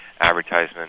advertisement